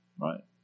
Right